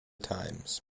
times